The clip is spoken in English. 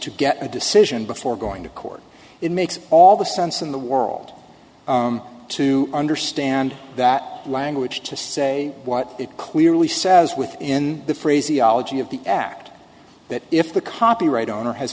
to get a decision before going to court it makes all the sense in the world to understand that language to say what it clearly says within the phraseology of the act that if the copyright owner has